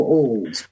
old